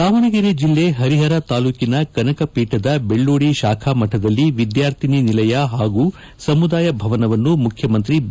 ದಾವಣಗೆರೆ ಜಿಲ್ಲೆ ಹರಿಹರ ತಾಲೂಕಿನ ಕನಕಪೀಠದ ಬೆಳ್ಳೂದಿ ಶಾಖಾ ಮಠದಲ್ಲಿ ವಿದ್ಯಾರ್ಥಿನಿ ನಿಲಯ ಹಾಗೂ ಸಮುದಾಯ ಭವನವನ್ನು ಮುಖ್ಯಮಂತ್ರಿ ಬಿ